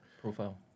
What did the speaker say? profile